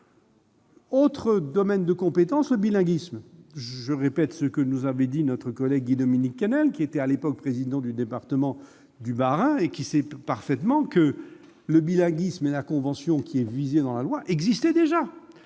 Autre domaine de compétence, le bilinguisme. Je reprends à mon compte les propos de notre collègue Guy-Dominique Kennel, qui était à l'époque président du conseil départemental du Bas-Rhin et qui sait parfaitement que le bilinguisme et la convention qui est visée dans ce texte existaient déjà.